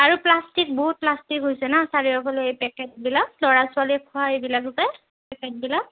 আৰু প্লাষ্টিক বহুত প্লাষ্টিক হৈছে ন চাৰিওফালে এই পেকেটবিলাক ল'ৰা ছোৱালীয়ে খোৱা এইবিলাক যে পেকেটবিলাক